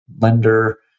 lender